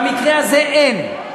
במקרה הזה אין.